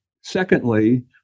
secondly